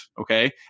okay